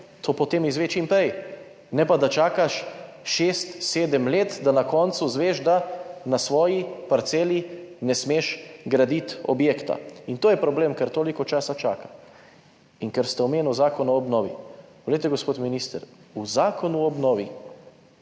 potem izve čim prej, ne pa da čakaš šest, sedem let, da na koncu izveš, da na svoji parceli ne smeš graditi objekta. In to je problem. Ker se toliko časa čaka. In ker ste omenili zakon o obnovi. Poglejte, gospod minister, v zakonu o obnovi